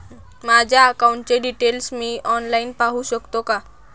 माझ्या अकाउंटचे डिटेल्स मी ऑनलाईन पाहू शकतो का?